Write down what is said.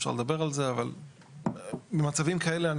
אפשר לדבר על זה אבל במצבים כאלה אני